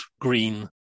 green